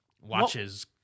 Watches